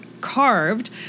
carved